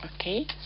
Okay